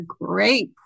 great